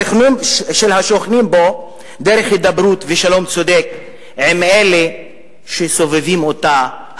השוכנים בו דרך הידברות ושלום צודק עם אלה שסובבים אותו,